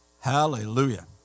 Hallelujah